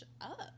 up